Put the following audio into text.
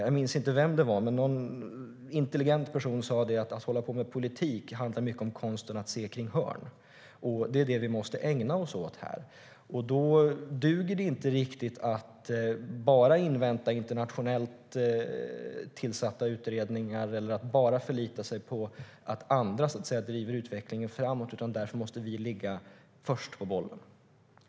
Jag minns inte vem det var, men någon intelligent person sa att detta att hålla på med politik handlar mycket om konsten att se runt hörn. Det är det vi måste ägna oss åt här. Då duger det inte riktigt att bara invänta internationellt tillsatta utredningar eller att bara förlita sig på att andra driver utvecklingen framåt, utan vi måste vara först på bollen.